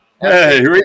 Hey